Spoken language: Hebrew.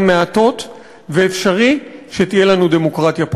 מעטות ואפשרי שתהיה לנו דמוקרטיה פוליטית,